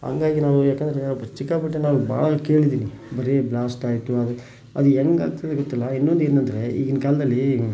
ಹಂಗಾಗಿ ನಾವು ಯಾಕೆಂದರೆ ಅದು ಸಿಕ್ಕಾಪಟ್ಟೆ ನಾನು ಭಾಳ ಕೇಳಿದ್ದೀನಿ ಬರೀ ಬ್ಲಾಸ್ಟ್ ಆಯಿತು ಆದರೆ ಅದು ಹೆಂಗೆ ಆಗ್ತದೆ ಗೊತ್ತಿಲ್ಲ ಇನ್ನೊಂದು ಏನೆಂದರೆ ಈಗಿನ ಕಾಲದಲ್ಲಿ